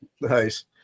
Nice